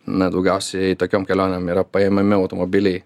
na daugiausiai tokiom kelionėm yra paimami automobiliai